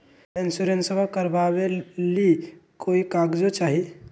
इंसोरेंसबा करबा बे ली कोई कागजों चाही?